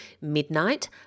midnight